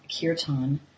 kirtan